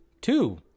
two